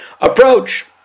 approach